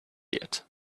yet